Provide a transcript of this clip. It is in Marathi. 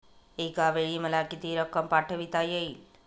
एकावेळी मला किती रक्कम पाठविता येईल?